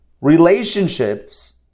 Relationships